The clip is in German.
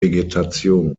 vegetation